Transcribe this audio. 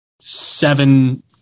seven